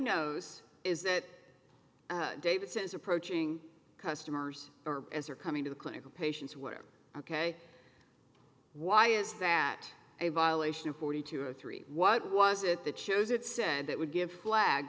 knows is that david says approaching customers as they're coming to the clinic patients who are ok why is that a violation of forty two or three what was it that shows it said that would give flag